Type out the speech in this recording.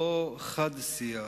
לא חד-שיח.